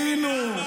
-- להגיד: טעינו.